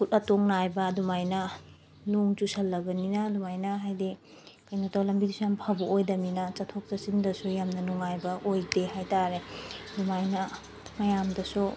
ꯑꯀꯨꯠ ꯑꯇꯣꯡ ꯅꯥꯏꯕ ꯑꯗꯨꯃꯥꯏꯅ ꯅꯣꯡ ꯆꯨꯁꯜꯂꯕꯅꯤꯅ ꯑꯗꯨꯃꯥꯏꯅ ꯍꯥꯏꯗꯤ ꯀꯩꯅꯣꯇꯧ ꯂꯝꯕꯤꯗꯨꯁꯨ ꯌꯥꯝ ꯐꯕ ꯑꯣꯏꯗꯃꯤꯅ ꯆꯠꯊꯣꯛ ꯆꯠꯁꯤꯟꯗꯁꯨ ꯌꯥꯝꯅ ꯅꯨꯡꯉꯥꯏꯕ ꯑꯣꯏꯗꯦ ꯍꯥꯏꯇꯥꯔꯦ ꯑꯗꯨꯃꯥꯏꯅ ꯃꯌꯥꯝꯗꯁꯨ